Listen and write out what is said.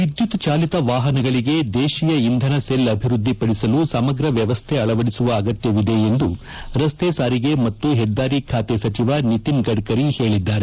ವಿದ್ಯುತ್ ಚಾಲಿತ ವಾಹನಗಳಿಗೆ ದೇಶೀಯ ಇಂಧನ ಸೆಲ್ ಅಭಿವೃದ್ದಿಪಡಿಸಲು ಸಮಗ್ರ ವ್ಯವಸ್ಥೆ ಅಳವಡಿಸುವ ಅಗತ್ಯವಿದೆ ಎಂದು ರಸ್ತೆ ಸಾರಿಗೆ ಮತ್ತು ಹೆದ್ದಾರಿ ಖಾತೆ ಸಚಿವ ನಿತಿನ್ ಗಡ್ಕರಿ ಹೇಳಿದ್ದಾರೆ